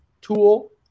tool